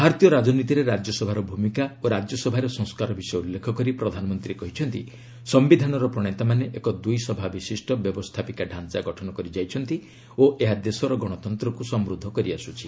ଭାରତୀୟ ରାଜନୀତିରେ ରାଜ୍ୟସଭାର ଭୂମିକା ଓ ରାଜ୍ୟସଭାରେ ସଂସ୍କାର ବିଷୟ ଉଲ୍ଲେଖ କରି ପ୍ରଧାନମନ୍ତ୍ରୀ କହିଛନ୍ତି ସମ୍ଭିଧାନର ପ୍ରଣେତାମାନେ ଏକ ଦୁଇ ସଭାବିଶିଷ୍ଟ ବ୍ୟବସ୍ଥାପିକା ଡାଞ୍ଚା ଗଠନ କରିଯାଇଛନ୍ତି ଓ ଏହା ଦେଶର ଗଣତନ୍ତ୍ରକୁ ସମୃଦ୍ଧ କରିଆସୁଛି